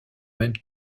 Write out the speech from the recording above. même